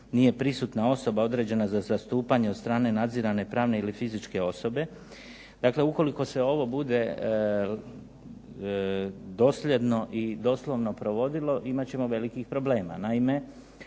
nije prisutna osoba određena za zastupanje od strane nadzirane pravne ili fizičke osobe. Dakle, ukoliko se ovo bude dosljedno i doslovno provodilo imat ćemo velikih problema.